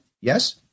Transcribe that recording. Yes